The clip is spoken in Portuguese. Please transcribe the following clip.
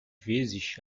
vezes